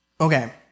Okay